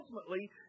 ultimately